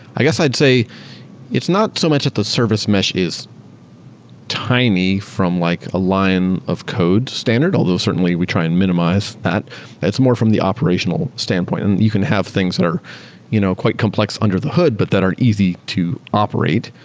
i guess i'd say it's not so much at the service mesh is tiny from like a line of code standard, although certainly, we try and minimize that it's more from the operational standpoint. and you can have things that are you know quite complex under the hood, but that aren't easy to operate,